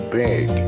big